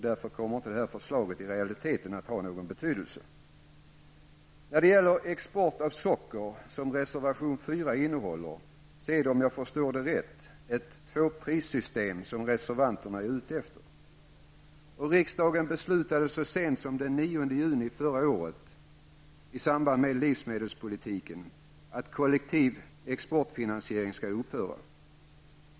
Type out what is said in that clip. Därför kommer förslaget i realiteten inte att ha någon betydelse. Reservanterna i reservation 4 är när det gäller export av socker, om jag förstår dem rätt, ute efter ett tvåprissystem. Riksdagen beslutade så sent som den 9 juni förra året i samband med livsmedelspolitiken att kollektiv exportfinansiering skall upphöra.